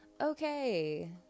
Okay